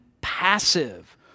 passive